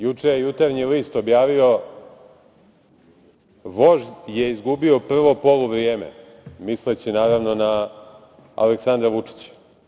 Juče je „Jutarnji list“ objavio: Vožd je izgubio prvo poluvrijeme, misleći, naravno, na Aleksandra Vučića.